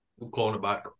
cornerback